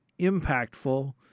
impactful